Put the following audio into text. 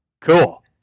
cool